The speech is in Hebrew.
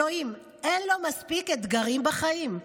אלוהים, אין לו מספיק אתגרים בחיים?